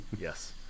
yes